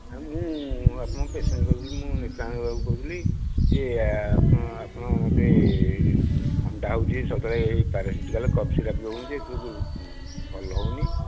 sir ମୁଁ ଆପଣଙ୍କ patient କହୁଥିଲି ମୁଁ ଏକାନନ ବାବୁ କହୁଥିଲି ଇଏ ଆପଣ ଆପଣ ମୋତେ ଯେ ଥଣ୍ଡା ହେଉଛି ସଦାବେଳେ ଏହି ପାରାସିଟିମଲ୍ କଫ୍ ସିରପ୍ ଦେଉଛନ୍ତି ଏତେବେଳକୁ ଭଲ ହେଉନି